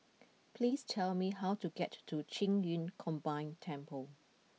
please tell me how to get to Qing Yun Combined Temple